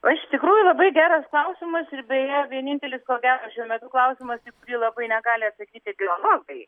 o iš tikrųjų labai geras klausimas ir beje vienintelis ko gero šiuo metu klausimas kyla kai negali atsakyti biologai